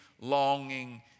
longing